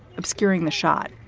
obscuring the shot.